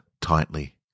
tightly